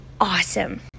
awesome